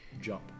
jump